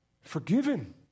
Forgiven